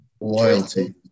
Loyalty